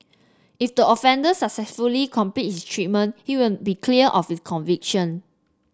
if the offender successfully complete his treatment he will be cleared of his conviction